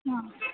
हां